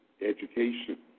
education